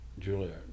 Juilliard